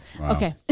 Okay